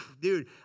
dude